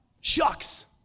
Shucks